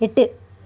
எட்டு